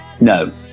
No